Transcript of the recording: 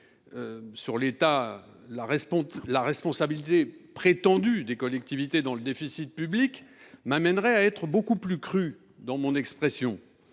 sur la prétendue responsabilité des collectivités dans le déficit public m’amèneraient à être beaucoup plus cru dans mon expression…